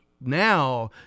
Now